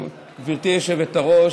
גברתי היושבת-ראש,